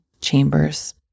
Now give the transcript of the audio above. Chambers